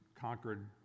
conquered